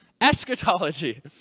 Eschatology